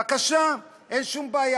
בבקשה, אין שום בעיה.